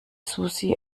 susi